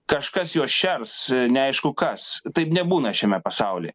kažkas juos šers neaišku kas taip nebūna šiame pasauly